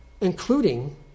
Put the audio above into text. including